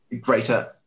greater